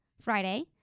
Friday